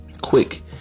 quick